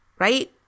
right